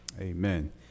Amen